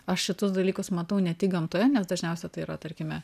aš šitus dalykus matau ne tik gamtoje nes dažniausia tai yra tarkime